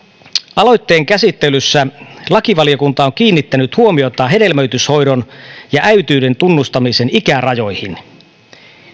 aloitteen käsittelyssä lakivaliokunta on kiinnittänyt huomiota hedelmöityshoidon ja äitiyden tunnustamisen ikärajoihin